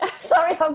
sorry